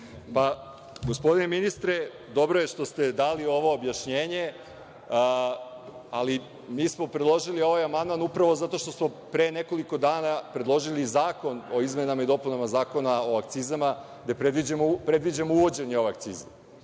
Hvala. Gospodine ministre, dobro je što ste dali ovo objašnjenje, ali mi smo predložili ovaj amandman upravo zato što smo pre nekoliko dana predložili zakon o izmenama i dopunama Zakona o akcizama, gde predviđamo uvođenje ove akcize.